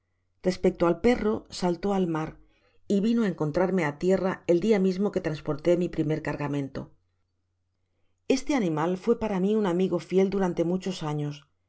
respecto al perro saltó al mar y vino á encontrarme á tierra el dia mismo que transporté mi primer cargamento este animal fué para mi un amigo fiel durante muchos años